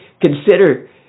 consider